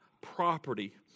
property